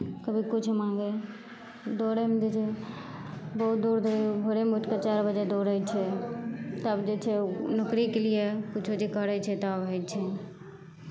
कभी किछु माङ्गै दौड़ैमे जे छै बहुत दूर भोरेमे उठि कऽ चारि बजे दौड़ै छै तब जे छै ओ नौकरीके लिए किछो जे करै छै तब होइ छै